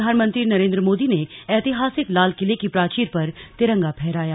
प्रधानमंत्री नरेन्द्र मोदी ने ऐतिहासिक लाल किले की प्राचीर पर तिरंगा फहराया